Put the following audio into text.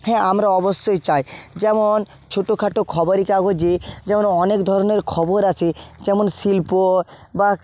হ্যাঁ আমরা অবশ্যই চাই যেমন ছোটো খাটো খবরের কাগজে যেমন অনেক ধরনের খবর আছে যেমন শিল্প বা